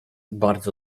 bardzo